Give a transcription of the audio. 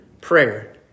prayer